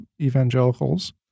evangelicals